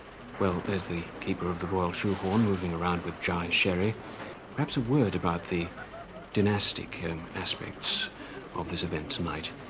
well, there's the keeper of the royal shoehorn moving around with dry sherry perhaps a word about the dynastic aspects of this event tonight.